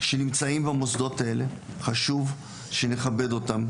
שנמצאים במוסדות האלה חשוב שנכבד אותם.